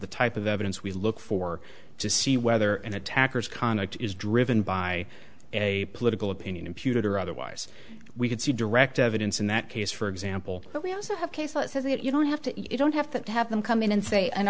the type of evidence we look for to see whether an attacker's conduct is driven by a political opinion imputed or otherwise we could see direct evidence in that case for example but we also have cases is that you don't have to you don't have to have them come in and say an